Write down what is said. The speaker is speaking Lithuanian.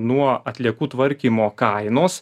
nuo atliekų tvarkymo kainos